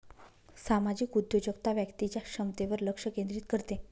सामाजिक उद्योजकता व्यक्तीच्या क्षमतेवर लक्ष केंद्रित करते